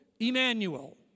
Emmanuel